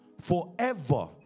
forever